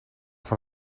van